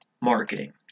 marketing